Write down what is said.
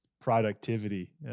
productivity